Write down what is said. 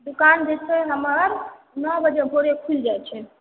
दोकान जे छै हमर नओ बजे भोरे खुलि जाइ छै